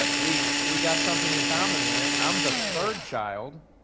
but we we got something in common there. i'm the third child,